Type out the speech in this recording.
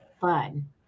fun